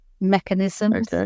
mechanisms